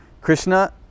Krishna